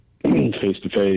face-to-face